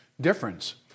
difference